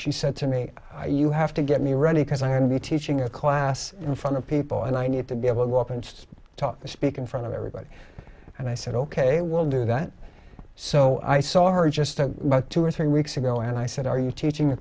she said to me you have to get me ready because i'm going to be teaching a class in front of people and i need to be able to go up and talk to speak in front of everybody and i said ok we'll do that so i saw her just two or three weeks ago and i said are you teaching a